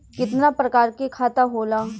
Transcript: कितना प्रकार के खाता होला?